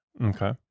okay